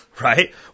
Right